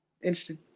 interesting